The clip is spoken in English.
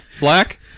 Black